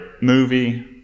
movie